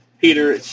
Peter